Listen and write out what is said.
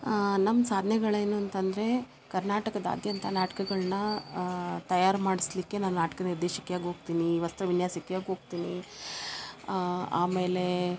ನಮ್ಮ ಸಾಧ್ನೆಗಳು ಏನುಂತಂದರೆ ಕರ್ನಾಟಕದಾದ್ಯಂತ ನಾಟ್ಕಗಳನ್ನ ತಯಾರು ಮಾಡಿಸ್ಲಿಕ್ಕೆ ನಾನು ನಾಟ್ಕದ ನಿರ್ದೇಶಕಿಯಾಗಿ ಹೋಗ್ತೀನಿ ವಸ್ತ್ರ ವಿನ್ಯಾಸಿಕಿಯಾಗಿ ಹೋಗ್ತೀನಿ ಆಮೇಲೆ